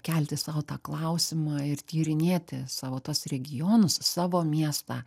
kelti sau tą klausimą ir tyrinėti savo tuos regionus savo miestą